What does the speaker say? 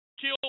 kill